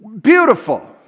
Beautiful